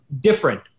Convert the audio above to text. different